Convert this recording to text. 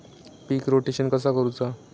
पीक rotation कसा करूचा?